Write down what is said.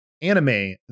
anime